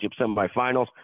semifinals